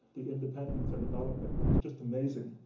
the independence they're developing. it's just amazing.